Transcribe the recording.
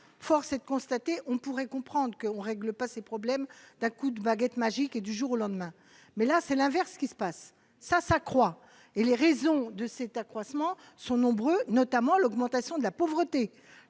force est de constater, on pourrait comprendre qu'on règle pas ses problèmes d'un coup de baguette magique et du jour au lendemain, mais là c'est l'inverse qui se passe, ça s'accroît et les raisons de cet accroissement sont nombreux, notamment l'augmentation de la pauvreté,